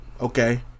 okay